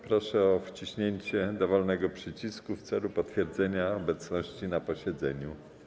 Proszę o wciśnięcie dowolnego przycisku w celu potwierdzenia obecności na posiedzeniu.